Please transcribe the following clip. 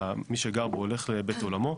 מי שגר בו הולך לעולמו,